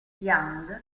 young